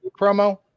promo